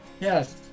yes